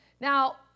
Now